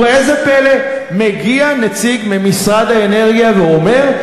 וראה זה פלא, מגיע נציג ממשרד האנרגיה ואומר: